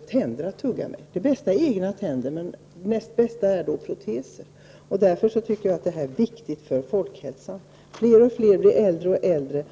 tänder att tugga med. Det bästa är naturligtvis egna tänder men det näst bästa är proteser. Därför är detta en för folkhälsan viktig fråga. Fler och fler blir äldre och äldre.